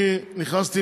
נכנסתי,